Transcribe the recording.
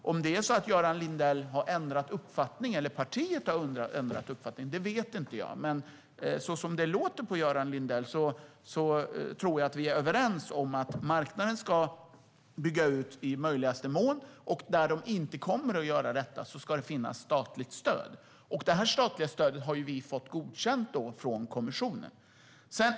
Jag vet inte om Centerpartiet och Göran Lindell har ändrat uppfattning. Men som det låter på Göran Lindell tror jag att vi är överens om att marknaden ska bygga ut i möjligaste mån, men där den inte gör det ska staten gå in med stöd. Detta statliga stöd har vi fått godkänt av kommissionen.